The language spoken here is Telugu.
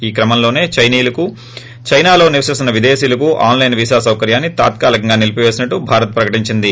ఈ క్రమంలోనే చైనీయులకు చైనాలో నివసిస్తున్న విదేశీయులకు ఆస్లైన్ వీసా సౌకర్యాన్ని తాత్కాలీకంగా నిలిపివేసినట్టు భారత్ ప్రకటించింది